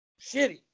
shitty